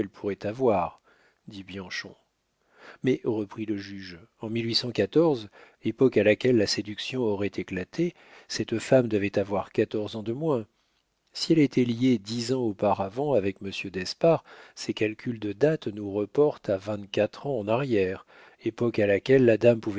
pourrait avoir dit bianchon mais reprit le juge en époque à laquelle la séduction aurait éclaté cette femme devait avoir quatorze ans de moins si elle a été liée dix ans auparavant avec monsieur d'espard ces calculs de date nous reportent à vingt-quatre ans en arrière époque à laquelle la dame